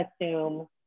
assume